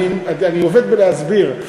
אני עובד בלהסביר.